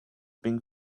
being